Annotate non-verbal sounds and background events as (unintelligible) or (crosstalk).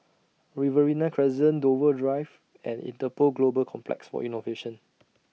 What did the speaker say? Riverina Crescent Dover (unintelligible) and Interpol Global Complex For Innovation